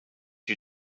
you